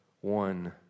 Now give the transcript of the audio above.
one